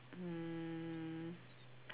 um